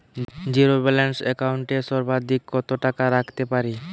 Zero balance account এ সর্বাধিক কত টাকা রাখতে পারি?